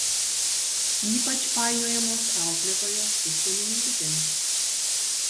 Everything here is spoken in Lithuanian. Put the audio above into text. ypač painiojamos auklėtojos su šeimininkutėmis